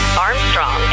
Armstrong